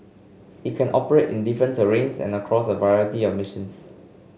it can operate in different terrains and across a variety of missions